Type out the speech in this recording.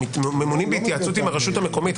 הם ממונים בהתייעצות עם הרשות המקומית,